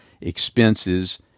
expenses